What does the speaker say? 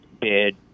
bid